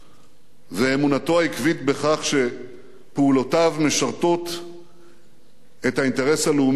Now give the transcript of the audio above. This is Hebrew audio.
ואמונתו העקבית בכך שפעולותיו משרתות את האינטרס הלאומי הכולל,